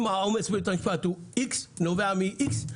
אם העומס בבתי המשפט הוא X ונובע מ-X,